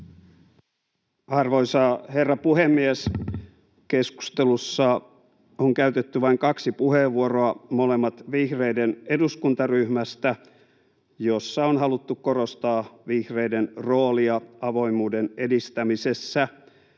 Arvoisa herra puhemies! Keskustelussa on käytetty vain kaksi puheenvuoroa, molemmat vihreiden eduskuntaryhmästä, jossa on haluttu korostaa vihreiden roolia avoimuuden edistämisessä.